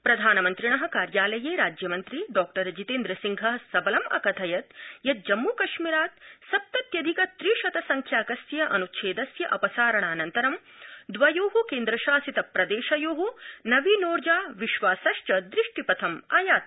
प्रधानमन्त्रिण कार्यालये राज्यमन्त्री डॉ जितन्द्रसिंह सबलं अकथयत यत जम्मूकश्मीरात् सप्तत्य धिक त्रिशत संख्याकस्यान्च्छेदस्य अपसाराणानन्तरं दवयो केन्द्रशासितप्रदेशयो नवीनोर्जा विश्वासश्च दृष्टिपथम् आयाते